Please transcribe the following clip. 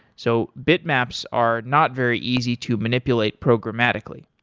so bitmaps are not very easy to manipulate programmatically.